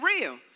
real